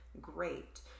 great